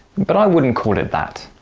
but i wouldn't call it that.